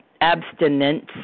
Abstinence